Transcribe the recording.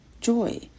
joy